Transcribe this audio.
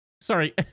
sorry